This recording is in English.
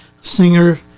singer